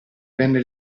venne